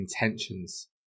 intentions